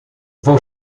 vou